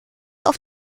auf